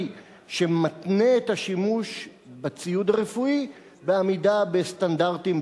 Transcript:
שמתנה את השימוש בציוד הרפואי בעמידה בסטנדרטים,